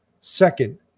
second